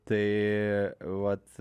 tai vat